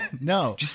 no